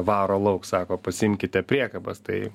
varo lauk sako pasiimkite priekabas tai